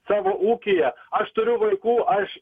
savo ūkyje aš turiu vaikų aš